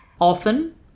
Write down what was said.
Often